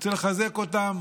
אני רוצה לחזק אותם